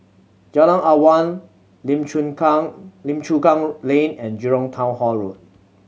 Jalan Awang Lim Chu Kang Lim Chu Kang Lane and Jurong Town Hall Road